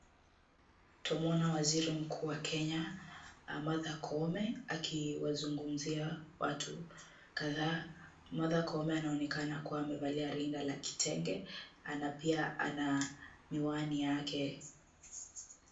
Twamuona waziri mkuu wa Kenya, Martha Koome akiwazungumzia watu kadhaa. Martha Koome anaonekana kuwa amevalia rinda la kitenge. Ana pia, ana miwani yake.